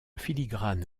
filigrane